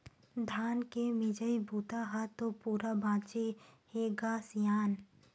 धान के मिजई बूता ह तो पूरा बाचे हे ग सियान